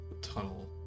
tunnel